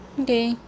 okay